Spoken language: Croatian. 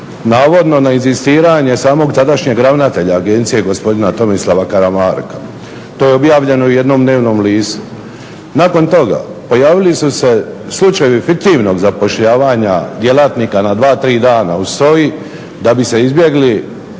navodno na inzistiranje samog tadašnjeg ravnatelja agencije gospodina Tomislava Karamarka. To je objavljeno i u jednom dnevnom listu. Nakon toga pojavili su se slučajevi fiktivnog zapošljavanja djelatnika na dva, tri dana u SOA-i da bi se izbjegli